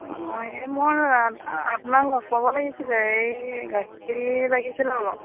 অ এই মই আপোনাক লগ পাব লাগিছিলে এই গাখীৰ লাগিছিলে অলপ